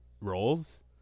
roles